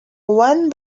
when